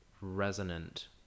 resonant